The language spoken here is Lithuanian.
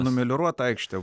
numelioruota aikštė